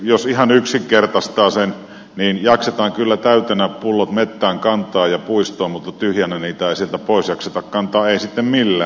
jos ihan yksinkertaistaa sen niin jaksetaan kyllä täytenä pullot metsään kantaa ja puistoon mutta tyhjänä niitä ei sieltä pois jakseta kantaa ei sitten millään